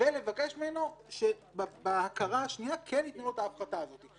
ולבקש ממנו שבהכרה השנייה כן ייתנו לו את ההפחתה הזאת.